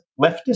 leftist